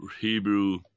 Hebrew